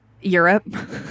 Europe